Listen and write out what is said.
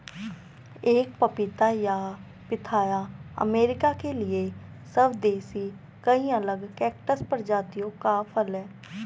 एक पपीता या पिथाया अमेरिका के लिए स्वदेशी कई अलग कैक्टस प्रजातियों का फल है